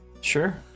Sure